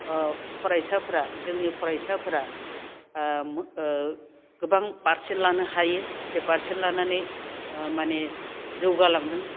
फरायसाफोरा जोंनि फरायसाफोरा गोबां पारसेन्ट लानो हायो जे पारसेन्ट लानानै माने जौगालादों